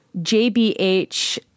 JBH